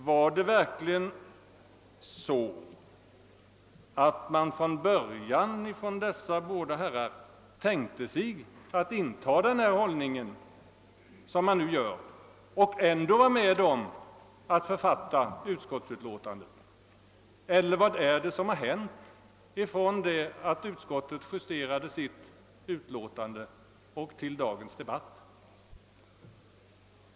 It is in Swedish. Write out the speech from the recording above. Var det verkligen så att dessa båda herrar från början tänkte sig inta den hållning som man nu gör och ändå var med om att författa utskottsutlåtandet, eller vad är det som hänt från det att utskottet justerat sitt utlåtande och till dagens debatt?